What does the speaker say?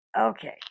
Okay